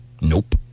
Nope